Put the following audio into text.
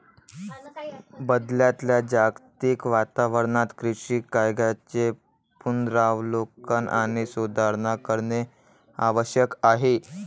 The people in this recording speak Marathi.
बदलत्या जागतिक वातावरणात कृषी कायद्यांचे पुनरावलोकन आणि सुधारणा करणे आवश्यक आहे